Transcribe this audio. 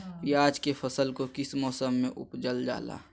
प्याज के फसल को किस मौसम में उपजल जाला?